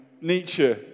Nietzsche